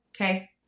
Okay